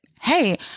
Hey